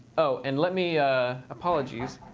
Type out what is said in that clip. oh, and let me apologies.